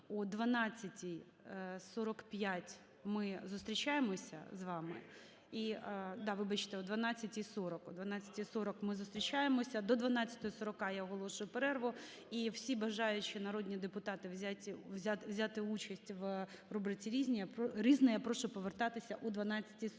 о 12:40 ми зустрічаємося. До 12:40 я оголошую перерву. І всі бажаючи народні депутати взяти участь в рубриці "Різне", я прошу повертатися о 12:40.